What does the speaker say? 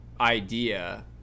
idea